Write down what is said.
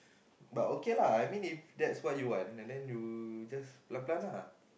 but okay lah I mean if that's what you want and then you just plant plant ah